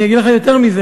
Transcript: אני אגיד לך יותר מזה.